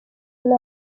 nabi